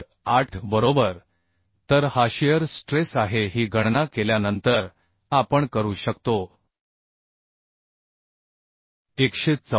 8 बरोबर तर हा शिअर स्ट्रेस आहे ही गणना केल्यानंतर आपण करू शकतो 114